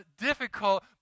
difficult